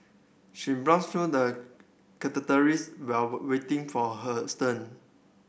she browsed through the while waiting for hers turn